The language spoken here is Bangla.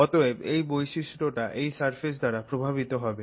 অতএব এই বৈশিষ্ট্যটা এই সারফেস দ্বারা প্রভাবিত হবে